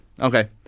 Okay